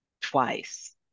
twice